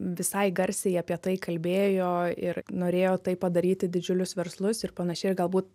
visai garsiai apie tai kalbėjo ir norėjo tai padaryti didžiulius verslus ir panašiai ir galbūt